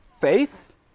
faith